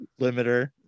limiter